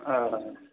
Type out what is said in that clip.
हा